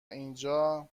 اینجا